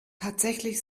tatsächlich